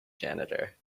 janitor